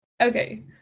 Okay